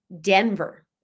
Denver